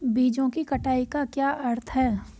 बीजों की कटाई का क्या अर्थ है?